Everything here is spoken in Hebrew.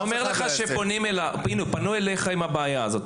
הוא אומר לך שפנו אליו עם הבעיה הזו.